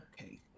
Okay